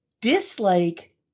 dislike